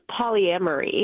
polyamory